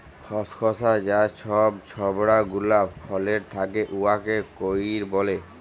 খসখসা যা ছব ছবড়া গুলা ফলের থ্যাকে উয়াকে কইর ব্যলে